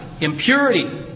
impurity